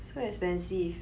so expensive